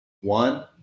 One